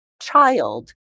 child